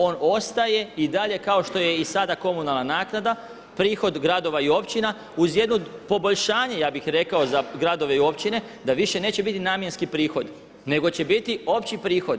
On ostaje i dalje kao što je i sada komunalna naknada, prihod gradova i općina uz jedno poboljšanje ja bih rekao za gradove i općine da više neće biti namjenski prihod, nego će biti opći prihod.